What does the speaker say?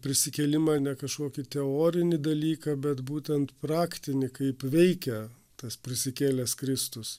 prisikėlimą ne kažkokį teorinį dalyką bet būtent praktinį kaip veikia tas prisikėlęs kristus